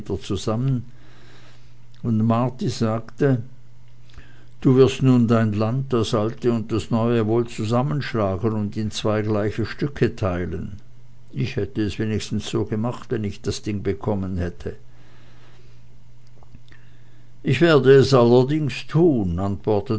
zusammen und marti sagte du wirst nun dein land das alte und das neue wohl zusammenschlagen und in zwei gleiche stücke teilen ich hätte es wenigstens so gemacht wenn ich das ding bekommen hätte ich werde es allerdings auch tun antwortete